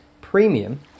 premium